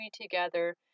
together